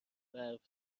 برف